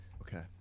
Okay